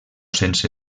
sense